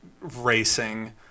racing